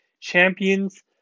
champions